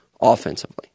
offensively